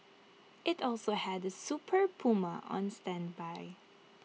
IT also had A super Puma on standby